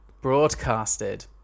broadcasted